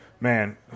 Man